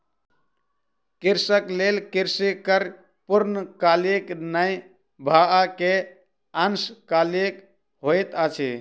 कृषक लेल कृषि कार्य पूर्णकालीक नै भअ के अंशकालिक होइत अछि